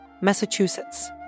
Massachusetts